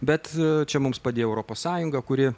bet čia mums padėjo europos sąjunga kuri